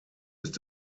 ist